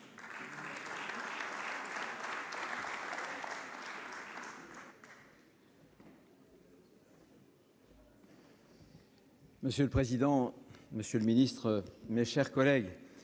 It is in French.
Monsieur le président, Monsieur le Ministre, mes chers collègues,